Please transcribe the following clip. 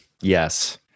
Yes